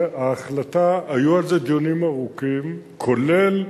היו על זה דיונים ארוכים, כולל